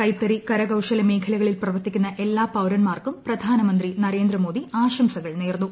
കൈത്തറി കരകൌശല മേഖല കളിൽ പ്രവർത്തിക്കുന്നു് ് എല്ലാ പൌരന്മാർക്കും പ്രധാനമന്ത്രി നരേന്ദ്രമോദി ആശംസകൾ നേർന്നു